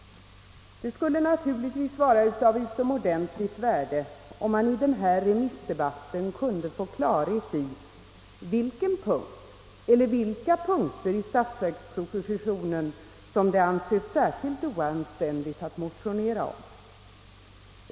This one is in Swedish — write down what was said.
Det skulle naturligtvis vara av utomordentligt värde om man i denna remissdebatt kunde få klarhet i vilken eller vilka punkter i statsverkspropositionen som det anses särskilt oanständigt att motionera om.